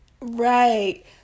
right